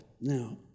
Now